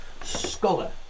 scholar